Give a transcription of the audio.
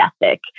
ethic